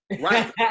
Right